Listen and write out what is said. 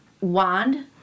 wand